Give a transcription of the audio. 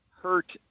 hurt